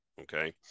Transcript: Okay